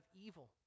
evil